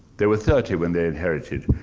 they were thirty when they inherited,